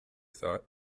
thought